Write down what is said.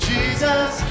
Jesus